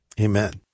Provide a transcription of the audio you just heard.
Amen